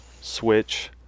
switch